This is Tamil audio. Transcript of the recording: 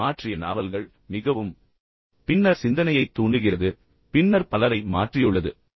உலகை மாற்றிய நாவல்கள் மிகவும் ஊக்கமளிக்கும் கட்டுரைகள் பின்னர் சிந்தனையைத் தூண்டுகிறது பின்னர் பலரை மாற்றியுள்ளது